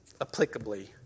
applicably